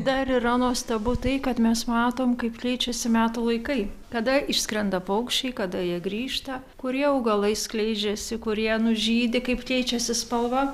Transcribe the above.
dar yra nuostabu tai kad mes matom kaip keičiasi metų laikai kada išskrenda paukščiai kada jie grįžta kurie augalai skleidžiasi kurie nužydi kaip keičiasi spalva